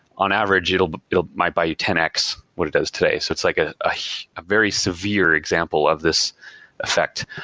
on average it but might buy you ten x what it does today. so it's like a ah ah very severe example of this effect.